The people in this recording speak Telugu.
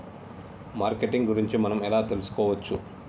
మార్కెటింగ్ గురించి మనం ఎలా తెలుసుకోవచ్చు?